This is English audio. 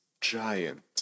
giant